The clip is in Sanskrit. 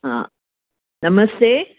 हा नमस्ते